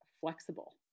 flexible